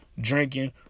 drinking